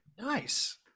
nice